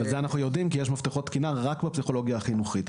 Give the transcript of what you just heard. ועל זה אנחנו יודעים כי יש מפתחות תקינה רק בפסיכולוגיה החינוכית.